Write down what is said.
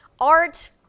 art